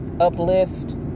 uplift